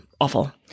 awful